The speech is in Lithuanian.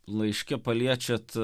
laiške paliečiat